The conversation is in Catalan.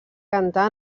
cantar